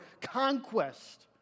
conquest